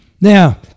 Now